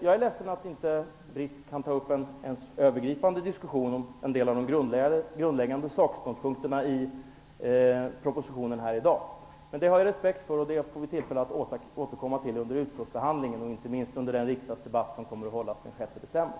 Jag är ledsen att Britt Bohlin inte kan ta upp en övergripande diskussion om en del av de grundläggande sakståndpunkterna i propositionen här i dag, men jag har respekt för det. Vi får tillfälle att återkomma till detta under utskottsbehandlingen och inte minst under den riksdagsdebatt som kommer att hållas den 6 december.